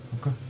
Okay